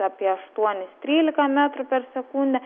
apie aštuonis trylika metrų per sekundę